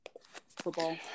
football